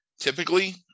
Typically